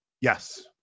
Yes